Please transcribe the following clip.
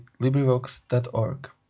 LibriVox.org